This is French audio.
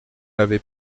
avez